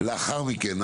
לאחר מכן,